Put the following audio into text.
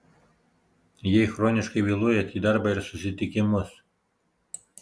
jei chroniškai vėluojate į darbą ir susitikimus